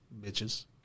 Bitches